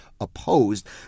opposed